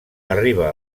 arriba